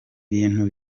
bintu